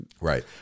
Right